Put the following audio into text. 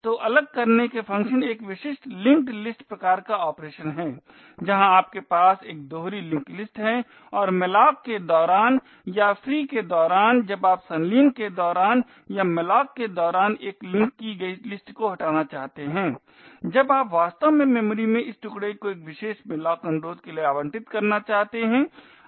तो अलग करने के फ़ंक्शन एक विशिष्ट लिंक्ड लिस्ट प्रकार का ऑपरेशन है जहां आपके पास एक दोहरी लिंक लिस्ट है और malloc के दौरान या free के दौरान जब आप संलीन के दौरान या malloc के दौरान एक लिंक की गई लिस्ट को हटाना चाहते हैं जब आप वास्तव में मेमोरी में इस टुकडे को एक विशेष malloc अनुरोध के लिए आवंटित करना चाहते हैं